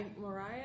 Mariah